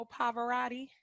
Pavarotti